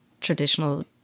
traditional